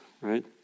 Right